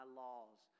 laws